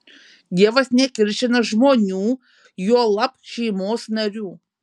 dievas nekiršina žmonių juolab šeimos narių